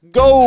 go